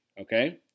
Okay